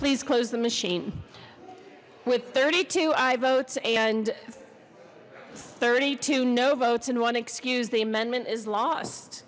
please close the machine with thirty two i votes and thirty two no votes and one excuse the amendment is lost